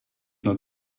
not